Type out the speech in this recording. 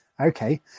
Okay